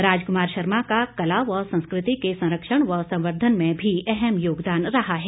राजकुमार शर्मा का कला व संस्कृति के संरक्षण और संवद्धर्न में भी अहम योगदान रहा है